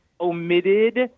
omitted